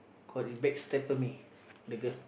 cause she backstabbed me the girl